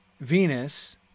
Venus